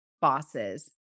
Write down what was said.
bosses